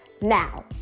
Now